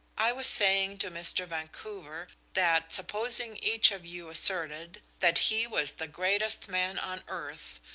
i was saying to mr. vancouver that, supposing each of you asserted that he was the greatest man on earth,